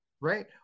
Right